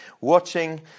Watching